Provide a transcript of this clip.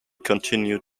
continued